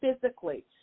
physically